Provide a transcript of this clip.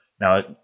now